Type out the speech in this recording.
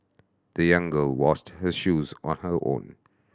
the young girl washed her shoes on her own